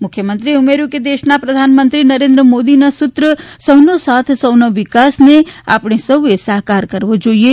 મુખ્યમંત્રીશ્રીએ ઉમેર્યું હતુ કે દેશના પ્રધાનમંત્રી શ્રી નરેન્દ્ર મોદીના સૂત્ર સૌનો સાથ સૌનો વિકાસ ને આપણે સૌએ સાકાર કરવો જોઈએ